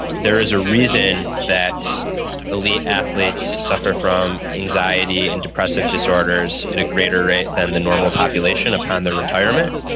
there is a reason that elite athletes suffer from anxiety and depressive disorders at a greater rate than the normal population upon their retirement.